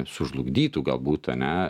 sužlugdytų galbūt ane